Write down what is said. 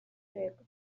рек